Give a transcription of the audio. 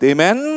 Amen